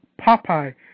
Popeye